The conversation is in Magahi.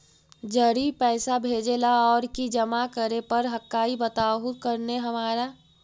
जड़ी पैसा भेजे ला और की जमा करे पर हक्काई बताहु करने हमारा?